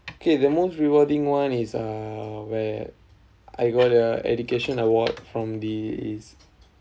okay the most rewarding [one] is uh where I got the education award from the is